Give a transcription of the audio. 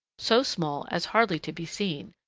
so small as hardly to be seen,